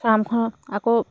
ফাৰ্মখনত আকৌ